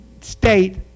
state